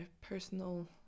personal